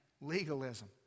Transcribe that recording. legalism